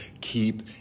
keep